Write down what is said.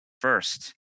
first